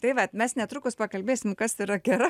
tai vat mes netrukus pakalbėsim kas yra gera